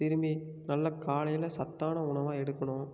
திரும்பி நல்ல காலையில் சத்தான உணவாக எடுக்கணும்